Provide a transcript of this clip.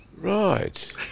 Right